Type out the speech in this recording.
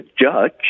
judge